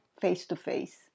face-to-face